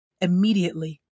Immediately